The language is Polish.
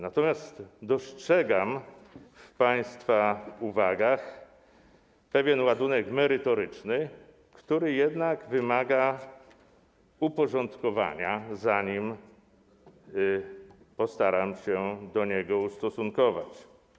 Natomiast dostrzegam w państwa uwagach pewien ładunek merytoryczny, który jednak wymaga uporządkowania, zanim postaram się do niego ustosunkować.